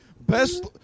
best